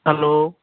hello